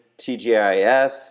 TGIF